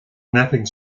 mapping